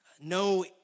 no